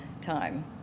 time